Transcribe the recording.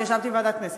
וישבתי בוועדת הכנסת,